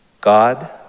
God